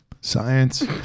science